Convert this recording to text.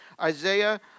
Isaiah